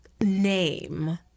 name